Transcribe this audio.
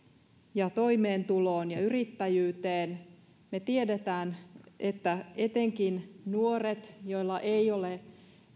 ja toimeentuloon ja yrittäjyyteen me tiedämme että etenkin nuoret joilla ei ole